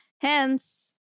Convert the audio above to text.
Hence